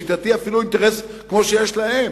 לשיטתי אפילו אינטרס כמו שיש להם,